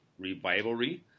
Revivalry